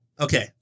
Okay